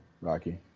Rocky